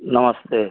नमस्ते